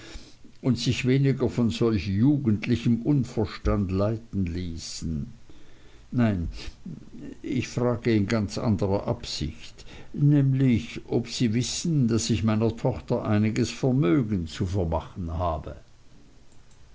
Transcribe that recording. und sich weniger von solch jugendlichem unverstand leiten ließen nein ich frage in ganz anderer absicht nämlich ob sie wissen daß ich meiner tochter einiges vermögen zu vermachen habe